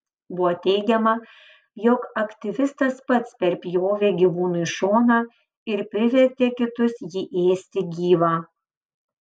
buvo teigiama jog aktyvistas pats perpjovė gyvūnui šoną ir privertė kitus jį ėsti gyvą